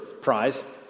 Prize